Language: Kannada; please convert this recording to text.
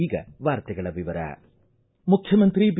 ಈಗ ವಾರ್ತೆಗಳ ವಿವರ ಮುಖ್ಯಮಂತ್ರಿ ಬಿ